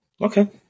Okay